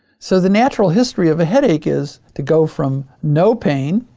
so the natural history of a headache is to go from no pain,